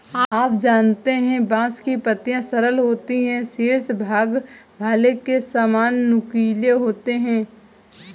आप जानते है बांस की पत्तियां सरल होती है शीर्ष भाग भाले के सामान नुकीले होते है